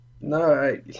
No